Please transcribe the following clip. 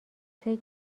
فکر